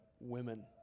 women